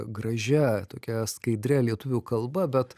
gražia tokia skaidria lietuvių kalba bet